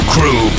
Crew